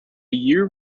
year